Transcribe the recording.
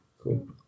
cool